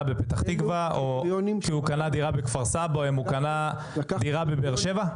בפתח תקווה או כי הוא קנה דירה בכפר סבא או כי הוא קנה דירה בבאר שבע?